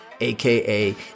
aka